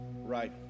right